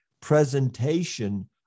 presentation